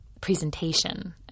presentation